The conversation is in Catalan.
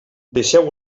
deixeu